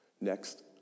Next